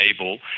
able